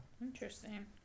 Interesting